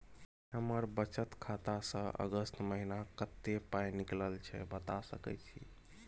हमर बचत खाता स अगस्त महीना कत्ते पाई निकलल छै बता सके छि?